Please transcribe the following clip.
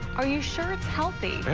are you sure it's healthy?